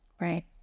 Right